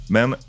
Men